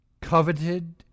coveted